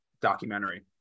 documentary